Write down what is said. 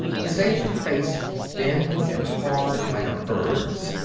his ancient face thin and hard, like a bird's,